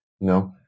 no